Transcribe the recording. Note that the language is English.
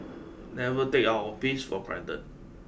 never take our peace for granted